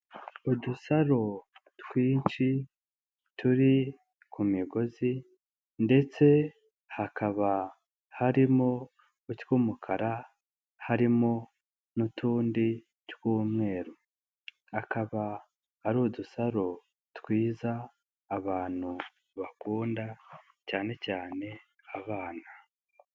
Udusaro twinshi, turi ku migozi ndetse hakaba harimo utw'umukara, harimo n'utundi tw'umweru. Akaba ari udusaro twiza abantu bakunda cyane cyane abana.